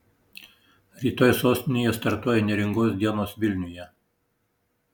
rytoj sostinėje startuoja neringos dienos vilniuje